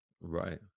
Right